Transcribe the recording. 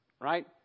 right